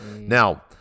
now